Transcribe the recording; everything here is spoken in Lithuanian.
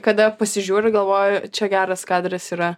kada pasižiūriu galvoji čia geras kadras yra